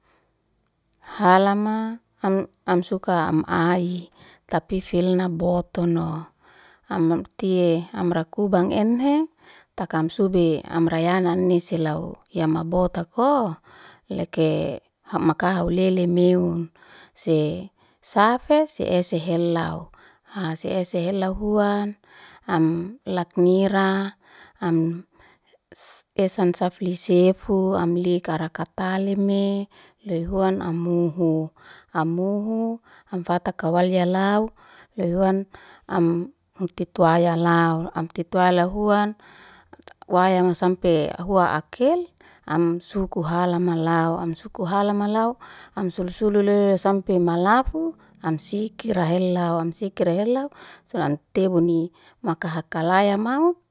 Halama am suka am ai, tapi filnam botono am amtie amra kubang enhe takam subit, amrayana anis selauw yamabotako, leke makahaulele meun se safes ese helou. Hase ese helau huan am laknira am esan saflisefu amlikarakataleme. Loihuan am muhu, am muhu am fatakawali lia lau, loi huan am utetuwaya. Am tetuaya lauhuan wayama sampe ahua akel am sukuhalamalaw. Am sukuhalamaw am sul sulu le sampe nalafu am siki rahelau. Am siki rahelau sunanteboni makahakali maun.